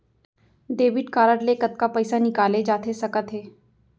Debit card ले कतका पइसा निकाले जाथे सकत हे?